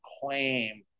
claim